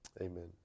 Amen